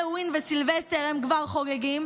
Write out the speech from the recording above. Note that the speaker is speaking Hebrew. האלווין וסילבסטר הם כבר חוגגים.